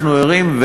אנחנו ערים,